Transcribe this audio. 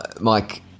Mike